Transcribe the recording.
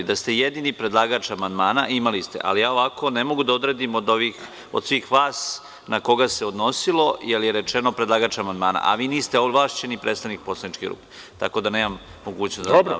Da ste jedini predlagač amandmana, imali biste, ali ja ovako ne mogu da odredim od ovih svih vas na koga se odnosilo, jer je rečeno - predlagač amandmana, a vi niste ovlašćeni predstavnik poslaničke grupe, tako da nemam mogućnost da vam dam repliku.